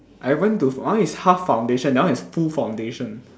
I went to my one is half foundation that one is full foundation